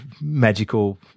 magical